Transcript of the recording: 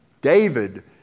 David